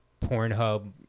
Pornhub